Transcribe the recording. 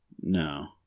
No